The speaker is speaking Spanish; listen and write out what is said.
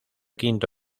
quinto